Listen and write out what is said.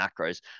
macros